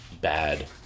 bad